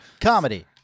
Comedy